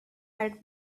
had